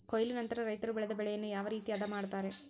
ಕೊಯ್ಲು ನಂತರ ರೈತರು ಬೆಳೆದ ಬೆಳೆಯನ್ನು ಯಾವ ರೇತಿ ಆದ ಮಾಡ್ತಾರೆ?